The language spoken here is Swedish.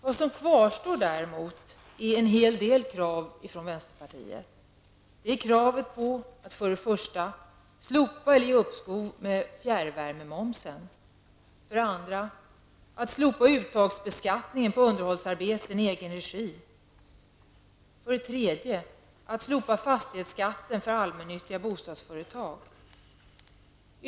Vad som kvarstår är däremot en hel del krav från vänsterpartiet: 2. Slopa uttagsbeskattningen på underhållsarbeten i egen regi. 3. Slopa fastighetsskatten för allmännyttiga bostadsföretag.